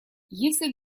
если